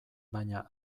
baina